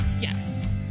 Yes